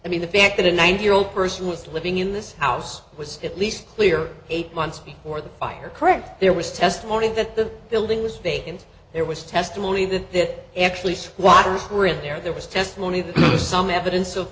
i mean the fact that a ninety year old person was living in this house was at least clear eight months before the fire correct there was testimony that the building was fake and there was testimony that actually squatters were in there there was testimony or some evidence of